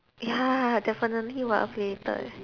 ya definitely will affiliated